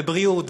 בבריאות,